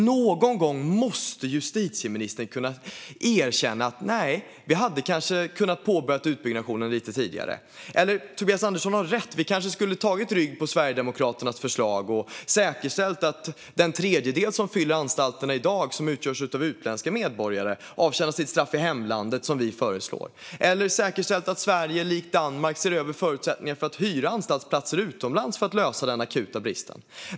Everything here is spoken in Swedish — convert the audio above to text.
Någon gång måste justitieministern kunna erkänna att utbyggnaden kanske hade kunnat påbörjas lite tidigare eller att Tobias Andersson kanske har rätt i att man skulle ha tagit rygg på Sverigedemokraternas förslag och säkerställt att den tredjedel som fyller anstalterna i dag och som utgörs av utländska medborgare kan avtjäna sitt straff i hemlandet, så som vi föreslår. Eller så skulle vi kanske ha säkerställt att Sverige, likt Danmark, ser över förutsättningarna för att hyra anstaltsplatser utomlands för att lösa den akuta bristen.